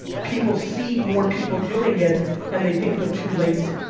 people see more people doing it and they think they're too late.